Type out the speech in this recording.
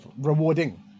rewarding